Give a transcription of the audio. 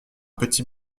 petit